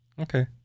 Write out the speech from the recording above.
Okay